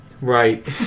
Right